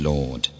Lord